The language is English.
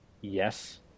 Yes